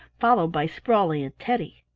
followed by sprawley and teddy.